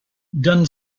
dunn